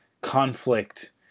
conflict